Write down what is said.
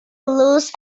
loose